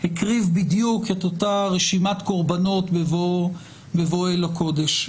הקריב בדיוק את אותה רשימת קורבנות בבואו אל הקודש.